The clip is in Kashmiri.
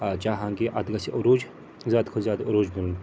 چاہان کہِ اَتھ گژھِ عروٗج زیادٕ کھۄتہٕ زیادٕ عروٗج مِلُن